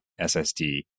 SSD